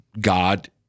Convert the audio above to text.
God